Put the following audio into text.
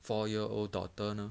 four year old daughter 呢